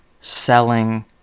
selling